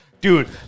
Dude